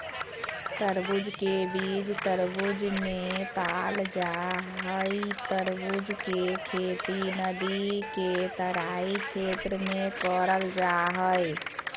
तरबूज के बीज तरबूज मे पाल जा हई तरबूज के खेती नदी के तराई क्षेत्र में करल जा हई